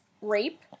rape